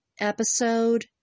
episode